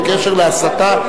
בקשר להסתה,